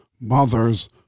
mothers